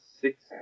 six